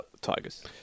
Tigers